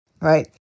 right